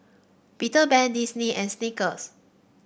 Peter Pan Disney and Snickers